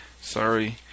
sorry